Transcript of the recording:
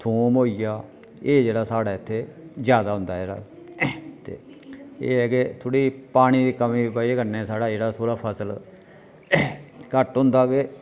थोम होई गेआ एह् जेह्ड़ा साढ़े इत्थै ज्यादा होंदा ऐ ते एह् ऐ के थोह्ड़ी पानी दी कमी दी वजह कन्नै स्हाड़ा जेह्ड़ा थोह्ड़ा फसल घट्ट होंदा ते